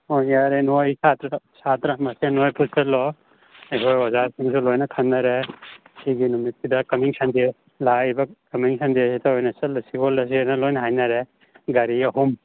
ꯍꯣꯏ ꯌꯥꯔꯦ ꯅꯣꯏ ꯁꯥꯇ꯭ꯔꯥ ꯃꯁꯦꯟ ꯅꯣꯏ ꯄꯨꯟꯁꯤꯜꯂꯣ ꯑꯩꯈꯣꯏ ꯑꯣꯖꯥꯁꯤꯡꯁꯨ ꯂꯣꯏꯅ ꯈꯟꯅꯔꯦ ꯁꯤꯒꯤ ꯅꯨꯃꯤꯠꯁꯤꯗ ꯀꯝꯃꯤꯡ ꯁꯟꯗꯦ ꯂꯥꯛꯂꯤꯕ ꯀꯃꯤꯡ ꯁꯟꯗꯦꯁꯤꯗ ꯑꯣꯏꯅ ꯆꯠꯂꯁꯤ ꯈꯣꯠꯂꯁꯤꯅ ꯂꯣꯏꯅ ꯍꯥꯏꯅꯔꯦ ꯒꯥꯔꯤ ꯑꯍꯨꯝ